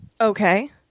Okay